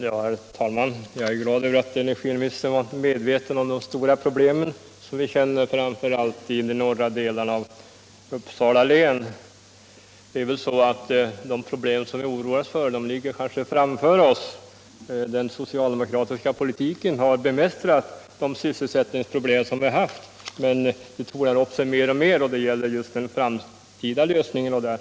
Herr talman! Jag är glad över att energiministern är medveten om de stora problem som vi känner av framför allt i de norra delarna av Uppsala län. Men vad vi verkligen oroar oss för är nog de problem som ligger framför oss. Den socialdemokratiska politiken har bemästrat de sysselsättningsproblem som vi har haft, men nu tornar svårigheterna upp sig mer och mer, och det gäller att finna en lösning för framtiden.